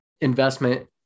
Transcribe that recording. investment